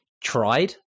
tried